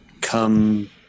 come